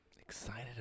Excited